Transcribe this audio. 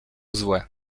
złe